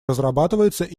разрабатывается